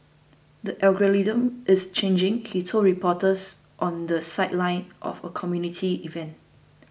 the algorithm is changing he told reporters on the sideline of a community event